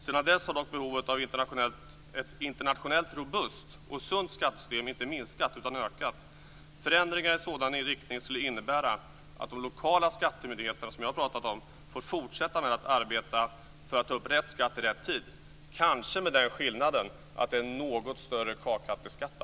Sedan dess har dock behovet av ett internationellt robust och sunt skattesystem inte minskat utan ökat. Förändringar i sådan riktning skulle innebära att de lokala skattemyndigheterna, som jag talat om, får fortsätta med att arbeta för att ta upp rätt skatt i rätt tid, kanske med den skillnaden att det är en något större kaka att beskatta.